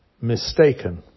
mistaken